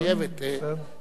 רבותי,